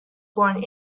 born